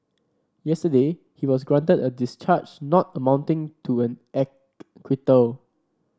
yesterday he was granted a discharge not amounting to an acquittal